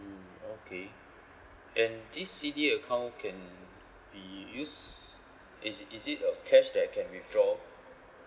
mm okay and this C_D_A account can be used i~ is it a cash that I can withdraw